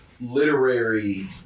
literary